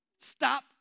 Stop